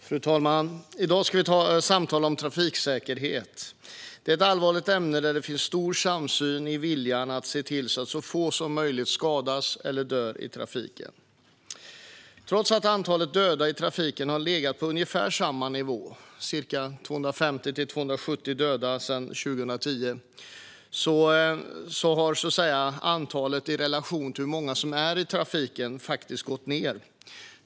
Fru talman! I dag ska vi samtala om trafiksäkerhet. Det är ett allvarligt ämne där det finns stor samsyn i viljan att se till att så få som möjligt skadas eller dör i trafiken. Trots att antalet döda i trafiken har legat på ungefär samma nivå sedan 2010 - ca 250-270 döda per år - har antalet i relation till hur många som befinner sig i trafiken faktiskt gått ned.